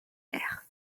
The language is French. terre